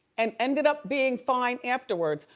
and ended up being fine afterwards.